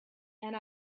and